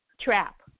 trap